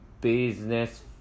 business